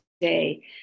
today